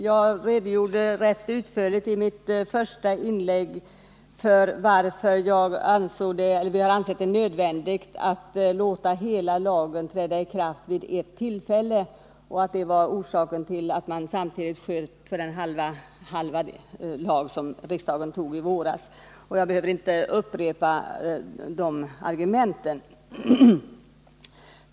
Jag redogjorde i mitt första inlägg rätt utförligt för varför vi ansett det nödvändigt att låta hela lagen träda i kraft vid ett och samma tillfälle. Det var orsaken till att man samtidigt sköt på ikraftträdandet för den halva av lagen som riksdagen antog i våras. Jag behöver inte upprepa det.